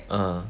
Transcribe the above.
uh